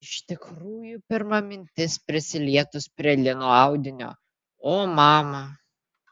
iš tikrųjų pirma mintis prisilietus prie lino audinio o mama